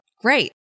great